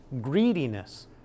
greediness